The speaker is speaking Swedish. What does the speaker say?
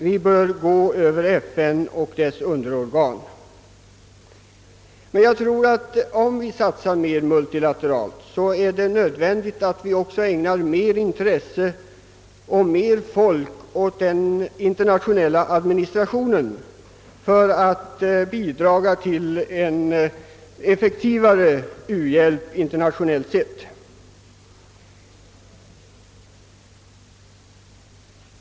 Vi bör gå över FN och dess underorgan. Om vi satsar mer multilateralt, tror jag emellertid att det är nödvändigt att vi också ägnar mer intresse och mer folk åt den internationella administrationen för att bidra till en effektivare u-hjälp internationellt sett.